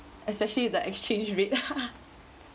especially the exchange rate